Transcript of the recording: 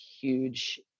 huge